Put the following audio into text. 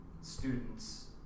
students